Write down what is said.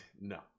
No